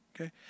Okay